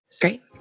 Great